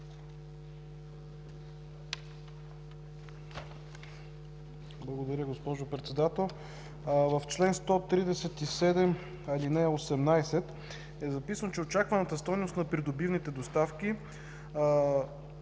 Благодаря, госпожо Председател. В чл. 137, ал. 18 е записано, че „Очакваната стойност на придобиваните доставки,